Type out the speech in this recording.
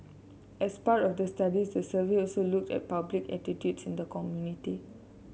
as part of the study the survey also looked at public attitudes in the community